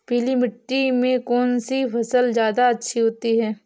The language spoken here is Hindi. पीली मिट्टी में कौन सी फसल ज्यादा अच्छी होती है?